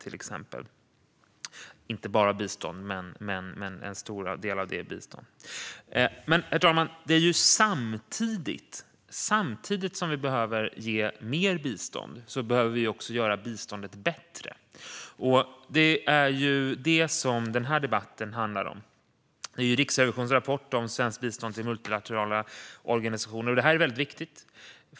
Det handlar inte bara om bistånd, men en stor del av det är bistånd. Herr talman! Samtidigt som vi behöver ge mer bistånd behöver vi också göra biståndet bättre. Det är det som denna debatt om Riksrevisionens rapport om svenskt bistånd till multilaterala organisationer handlar om. Detta är väldigt viktigt.